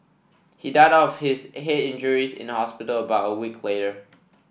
he died of his head injuries in hospital about a week later